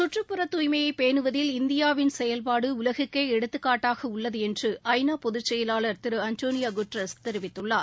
சுற்றுப்புற தூய்மையை பேணுவதில் இந்தியாவின் செயல்பாடு உலகுக்கே எடுத்துக்காட்டாக உள்ளது என்று ஐ நா பொதுச் செயலாளர் ஆண்டனியோ குட்ரஸ் தெரிவித்துள்ளார்